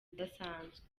idasanzwe